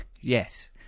Yes